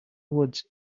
woods